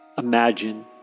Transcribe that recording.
Imagine